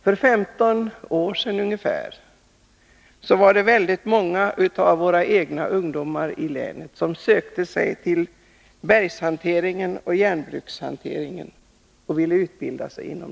För ungefär 15 år sedan hade vi många ungdomar som sökte sig till utbildning i bergshantering och järnhantering.